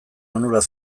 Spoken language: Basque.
onurak